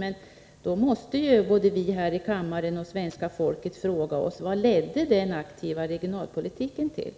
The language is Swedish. Men vi här i kammaren och svenska folket i övrigt måste då ställa frågan: Vad ledde denna aktiva regionalpolitik till?